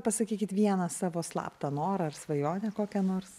pasakykit vieną savo slaptą norą ar svajonę kokia nors